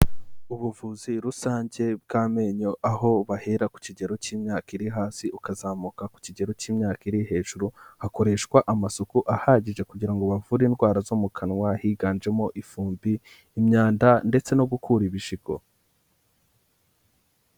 Ubuvuzi rusange bw'amenyo, aho bahera ku kigero cy'imyaka iri hasi ukazamuka ku kigero cy'imyaka iri hejuru, hakoreshwa amasuku ahagije kugirango ngo bavure indwara zo mu kanwa higanjemo ifumbi, imyanda ndetse no gukura ibijigo.